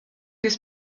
des